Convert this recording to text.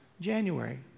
January